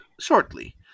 shortly